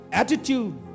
attitude